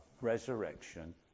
resurrection